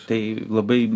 tai labai